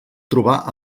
trobar